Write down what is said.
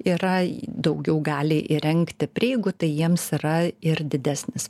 yra daugiau gali įrengti prieigų tai jiems yra ir didesnis